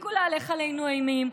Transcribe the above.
תפסיקו להלך עלינו אימים.